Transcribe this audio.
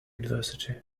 adversity